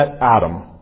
Adam